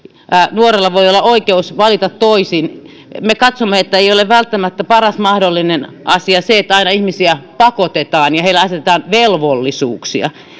nuorella voi olla oikeus valita toisin me katsomme että ei ole välttämättä aina paras mahdollinen asia se että ihmisiä pakotetaan ja heille asetetaan velvollisuuksia